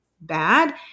bad